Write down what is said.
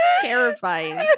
terrifying